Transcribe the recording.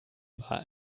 war